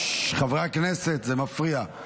חברי הכנסת, זה מפריע.